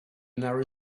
narrow